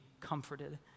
comforted